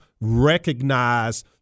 recognize